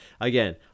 again